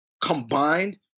combined